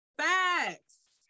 facts